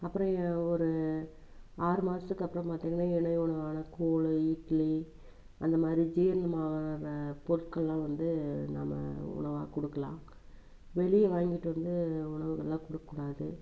அப்புறம் ஒரு ஆறு மாதத்துக்கு அப்புறம் பார்த்திங்கன்னா எளிய உணவான கூழு இட்லி அந்தமாதிரி ஜீரணமாகாத பொருட்கள்லாம் வந்து நம்ம உணவாக கொடுக்குலாம் வெளியே வாங்கிகிட்டு வந்து உணவுகள்லாம் கொடுக்கக் கூடாது